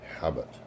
habit